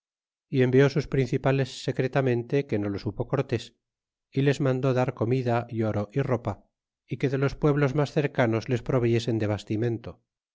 y envió sus principales secretamente que no lo supo cortés y les mandó dar comida y oro y ropa y que de los pueblos mas cercanos les proveyesen de bastimento